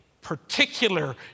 particular